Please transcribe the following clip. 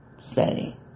setting